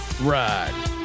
ride